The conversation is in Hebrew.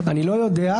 אני לא יודע,